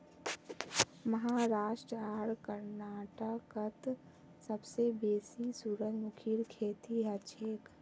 महाराष्ट्र आर कर्नाटकत सबसे बेसी सूरजमुखीर खेती हछेक